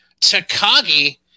Takagi